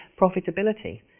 profitability